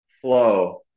flow